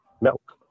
milk